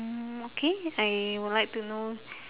mm okay I would like to know